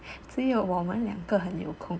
只有我们两个很有空 leh